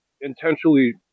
intentionally